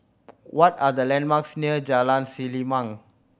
what are the landmarks near Jalan Selimang